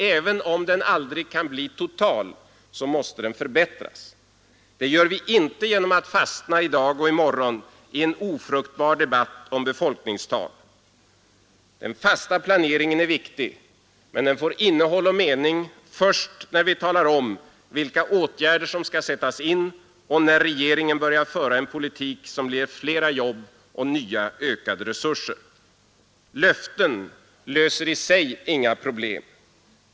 Även om den aldrig kan bli total, måste den förbättras. Och det gör vi inte genom att fastna i dag och i morgon i en ofruktbar debatt om befolkningstal. Den fasta planeringen är viktig. Men den får innehåll och mening först när vi talar om vilka åtgärder som skall sättas in och när regeringen börjar föra en politik, som ger fler nya jobb och ökade resurser. Löften löser i sig inga problem.